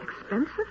Expensive